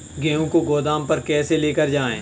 गेहूँ को गोदाम पर कैसे लेकर जाएँ?